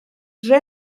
adre